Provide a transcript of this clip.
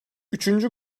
üçüncü